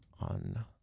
on